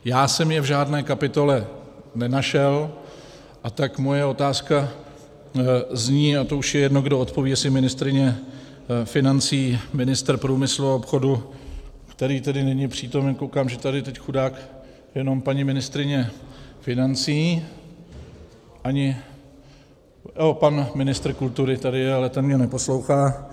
Já jsem je v žádné kapitole nenašel, a tak moje otázka zní a to už je jedno, kdo odpoví, jestli ministryně financí, ministr průmyslu a obchodu, který tady není přítomen, koukám, že teď je tady chudák jenom paní ministryně financí aha, pan ministr kultury tady teď je, ale ten mě neposlouchá.